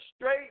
straight